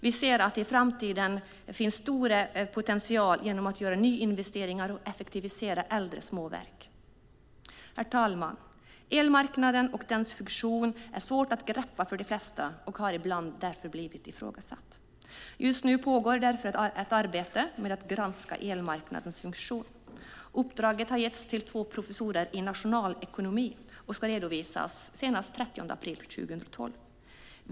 Vi ser att det i framtiden finns stor potential genom att göra nyinvesteringar och effektivisera äldre små verk. Herr talman! Elmarknaden och dess funktion är svår att greppa för de flesta och har därför ibland blivit ifrågasatt. Just nu pågår ett arbete med att granska elmarknadens funktion. Uppdraget har getts till två professorer i nationalekonomi och ska redovisas senast den 30 april 2012.